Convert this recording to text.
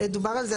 דובר על זה,